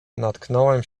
natknąłem